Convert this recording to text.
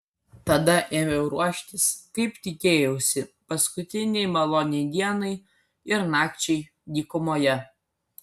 tada ėmiau ruoštis kaip tikėjausi paskutinei maloniai dienai ir nakčiai dykumoje